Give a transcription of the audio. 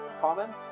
comments